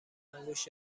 انگشت